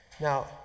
Now